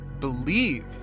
believe